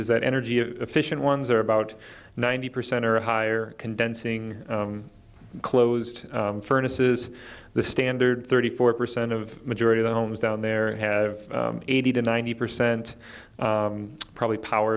is that energy efficient ones are about ninety percent or higher condensing closed furnace is the standard thirty four percent of majority the homes down there have eighty to ninety percent probably power